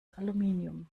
aluminium